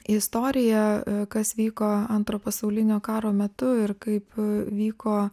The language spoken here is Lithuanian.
istoriją kas vyko antro pasaulinio karo metu ir kaip vyko